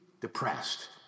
depressed